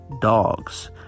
dogs